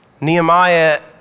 Nehemiah